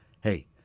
Hey